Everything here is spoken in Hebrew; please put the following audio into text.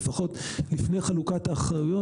לפחות לפני חלוקת האחריות,